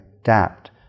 adapt